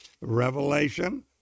Revelation